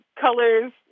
colors